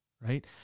right